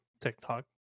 TikTok